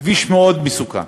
כביש מאוד מסוכן.